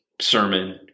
sermon